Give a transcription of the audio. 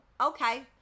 okay